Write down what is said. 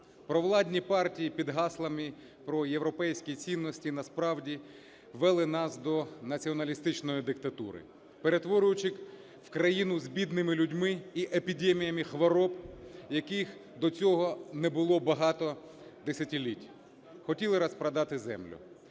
Провладні партії під гаслами про європейські цінності насправді вели нас до націоналістичної диктатури, перетворюючи в країну з бідними людьми і епідеміями хвороб, яких до цього не було багато десятиліть. Хотіли розпродати землю.